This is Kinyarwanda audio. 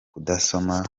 kudasoma